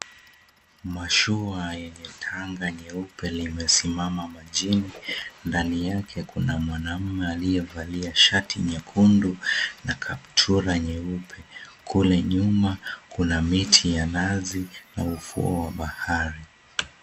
Mashua yenye tanga nyeupe limesimama majini ndani yake kuna mwanaume aliyevalia shati nyekundu na kaptura nyeupe, kule nyuma kuna miti ya nazi na ufua wa bahari.